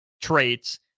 traits